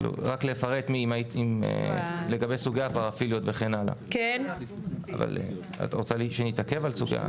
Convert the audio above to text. רק לפרט לגבי סוגי הפרפיליות את רוצה שנתעכב על זה?